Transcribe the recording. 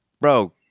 Bro